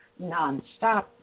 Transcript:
nonstop